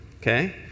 okay